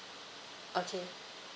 okay